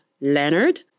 Leonard